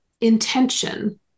intention